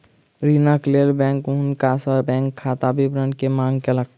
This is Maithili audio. ऋणक लेल बैंक हुनका सॅ बैंक खाता विवरण के मांग केलक